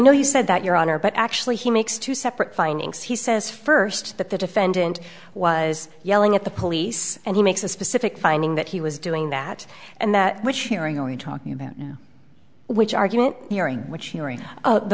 know you said that your honor but actually he makes two separate findings he says first that the defendant was yelling at the police and he makes a specific finding that he was doing that and that which hearing are you talking about now which argument during which the